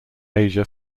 asia